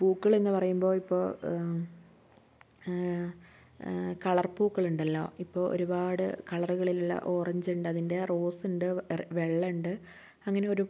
പൂക്കളെന്ന് പറയുമ്പോൾ ഇപ്പോൾ കളർ പൂക്കളുണ്ടല്ലോ ഇപ്പോൾ ഒരുപാട് കളറുകളിലുള്ള ഓറഞ്ചുണ്ട് അതിൻ്റെ റോസുണ്ട് വെള്ളയുണ്ട് അങ്ങനെ ഒരു